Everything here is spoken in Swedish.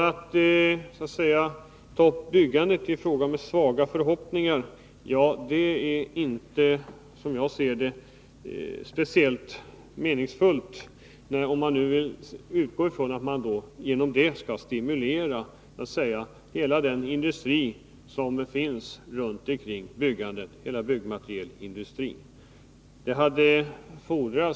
Att ta upp byggandet i samband med svaga förhoppningar är, som jag ser det, inte speciellt meningsfullt, om man nu utgår från att man genom detta skall stimulera hela den industri som finns runt omkring byggandet, hela byggmaterielindustrin.